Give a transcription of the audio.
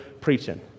preaching